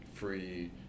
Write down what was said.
free